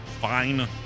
Fine